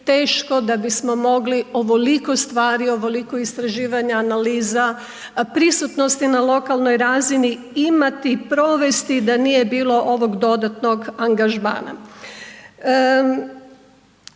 teško da bismo mogli ovoliko stvari, ovoliko istraživanja, analiza, prisutnosti na lokalnoj razini imati, provesti da nije bilo ovog dodatno angažmana.